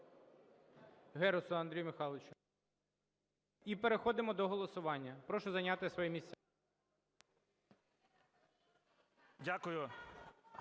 Дякую.